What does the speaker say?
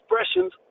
expressions